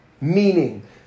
meaning